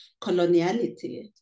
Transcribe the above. coloniality